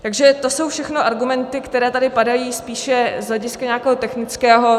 Takže to jsou všechno argumenty, které tady padají spíše z hlediska nějakého technického.